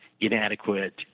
inadequate